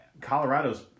Colorado's